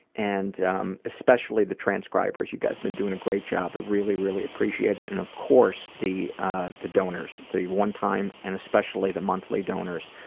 and um especially the transcribers. you guys have been doing a great job. but really, really appreciate it. and of course the ah the donors, the one-time and especially the monthly donors.